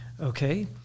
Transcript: okay